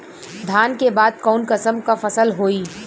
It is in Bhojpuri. धान के बाद कऊन कसमक फसल होई?